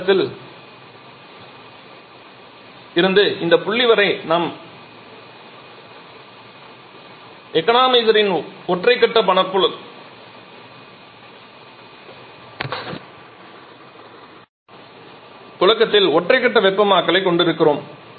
இந்த கட்டத்தில் இருந்து இந்த புள்ளி வரை நாம் எக்கானமைசர் ஒற்றை கட்ட புழக்கத்தில் ஒற்றை கட்ட வெப்பமாக்கலைக் கொண்டிருக்கிறோம்